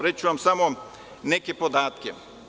Reći ću vam samo neke podatke.